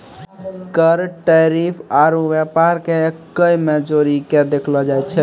कर टैरिफ आरू व्यापार के एक्कै मे जोड़ीके देखलो जाए छै